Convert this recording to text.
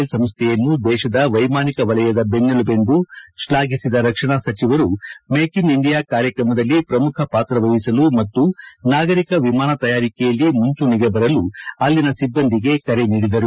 L ಸಂಸ್ಥೆಯನ್ನು ದೇಶದ ವೈಮಾನಿಕ ವಲಯದ ಬೆನ್ನೆಲುಬೆಂದು ಶ್ಲಾಘಿಸಿದ ರಕ್ಷಣಾ ಸಚಿವರು ಮೇಕ್ ಇನ್ ಇಂಡಿಯಾ ಕಾರ್ಯಕ್ರಮದಲ್ಲಿ ಪ್ರಮುಖ ಪಾತ್ರ ವಹಿಸಲು ಮತ್ತು ನಾಗರಿಕ ವಿಮಾನ ತಯಾರಿಕೆಯಲ್ಲಿ ಮೂಂಚೂಣಿಗೆ ಬರಲು ಅಲ್ಲಿನ ಸಿಬ್ಲಂದಿಗೆ ಕರೆ ನೀಡಿದರು